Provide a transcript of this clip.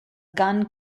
gun